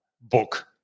book